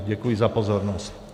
Děkuji za pozornost.